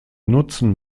nutzen